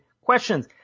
questions